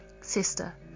Sister